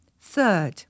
Third